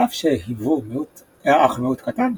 על אף שהיוו אך מיעוט קטן,